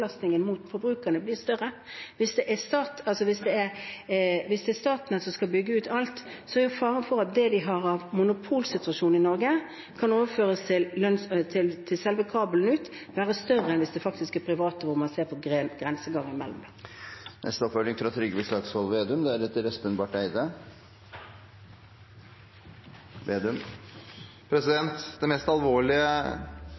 forbrukerne blir større. Hvis Statnett skal bygge ut alt, er faren for at det de har av monopolsituasjon i Norge kan overføres med selve kabelen ut, større enn hvis det er det private, hvor man ser på grensegangen. Trygve Slagsvold Vedum – til oppfølgingsspørsmål. Det mest alvorlige det norske storting kan gjøre, er å gi fra